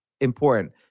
important